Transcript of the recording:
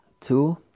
Two